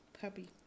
puppy